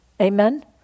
Amen